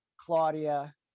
Claudia